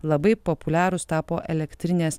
labai populiarūs tapo elektrinės